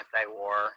anti-war